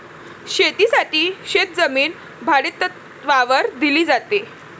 शेतीसाठी शेतजमीन भाडेतत्त्वावर दिली जाते